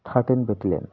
thirteen battalion